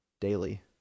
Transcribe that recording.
daily